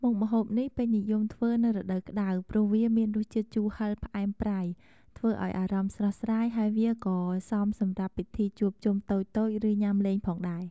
មុខម្ហូបនេះពេញនិយមធ្វើនៅរដូវក្តៅ ព្រោះវាមានរសជាតិជូរហឹរផ្អែមប្រៃ ធ្វើឱ្យអារម្មណ៍ស្រស់ស្រាយ ហើយវាក៏សមសម្រាប់ពិធីជួបជុំតូចៗ ឬញ៉ាំលេងផងដែរ។